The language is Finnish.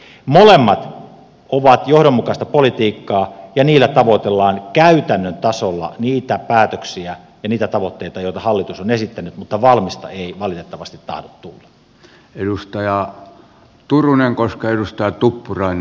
molemmat ovat johdonmukaista politiikkaa ja niillä tavoitellaan käytännön tasolla niitä päätöksiä ja niitä tavoitteita joita hallitus on esittänyt mutta valmista ei valitettavasti tahdo tulla